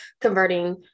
converting